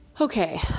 okay